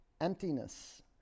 emptiness